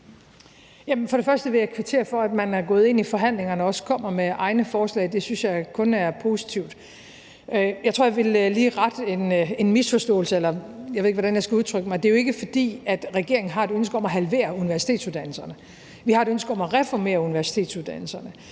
for det første vil jeg kvittere for, at man er gået ind i forhandlingerne og også kommer med egne forslag. Det synes jeg kun er positivt. Jeg tror, jeg lige vil rette en misforståelse – eller jeg ved ikke, hvordan jeg skal udtrykke mig: Det er jo ikke, fordi regeringen har et ønske om at halvere universitetsuddannelserne. Vi har et ønske om at reformere universitetsuddannelserne